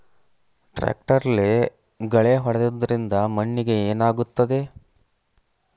ಟ್ರಾಕ್ಟರ್ಲೆ ಗಳೆ ಹೊಡೆದಿದ್ದರಿಂದ ಮಣ್ಣಿಗೆ ಏನಾಗುತ್ತದೆ?